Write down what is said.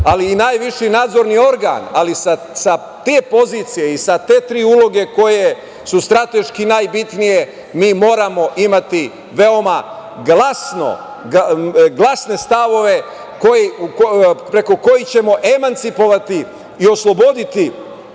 i najviši nadzorni organ, ali sa te pozicije i sa te tri uloge koje strateški najbitnije, mi moramo imati veoma glasne stavove preko koji ćemo emancipovati i osloboditi